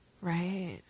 Right